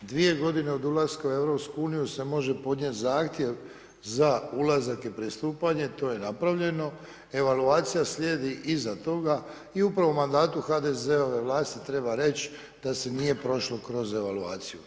Dvije godine od ulaska u EU se može podnijeti zahtjev za ulazak i pristupanje, to je napravljeno, evaluacija slijedi iza toga i upravo u mandatu HDZ-ove vlasti treba reći da se nije prošlo kroz evaluaciju.